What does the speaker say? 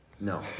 No